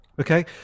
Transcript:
Okay